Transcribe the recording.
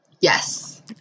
Yes